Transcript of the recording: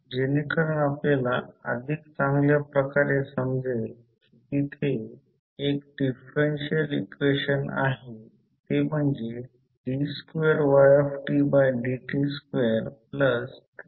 पुढे हा आणखी एक प्रॉब्लेम आहे हा एक अतिशय मनोरंजक प्रॉब्लेम आहे 2 जोडलेल्या कॉइलस् संबंधित सेल्फ इंडक्टन्ससह L1 0